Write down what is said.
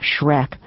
Shrek